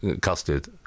custard